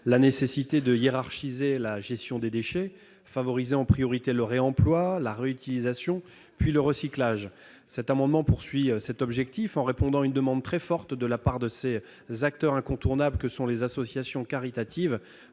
la nécessité de hiérarchiser la gestion des déchets, en favorisant en priorité le réemploi, la réutilisation, puis le recyclage. L'amendement vise cet objectif en répondant à une demande très forte de la part des acteurs incontournables que sont les associations caritatives